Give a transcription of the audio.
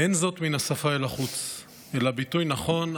אין זאת מן השפה אל החוץ אלא ביטוי נכון,